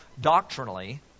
doctrinally